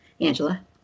Angela